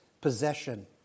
possession